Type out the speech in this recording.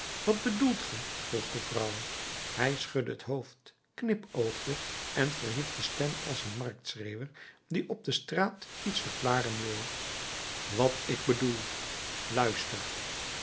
wat bedoelt ge vroeg de vrouw hij schudde het hoofd knipoogde en verhief de stem als een marktschreeuwer die op de straat iets verklaren wil wat ik bedoel luister